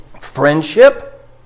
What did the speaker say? friendship